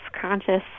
conscious